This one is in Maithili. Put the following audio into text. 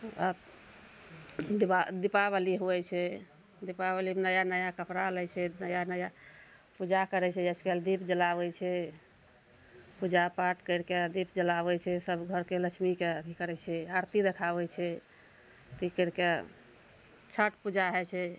दीबा दीपावली होइ छै दीपावलीमे नया नया कपड़ा लै छै नया नया पूजा करय छै आजकल दीप जलाबय छै पूजा पाठ करिके दीप जलाबय छै सब घरके लक्ष्मीके भी करय छै आरती देखाबय छै अथी करिके छठ पूजा होइ छै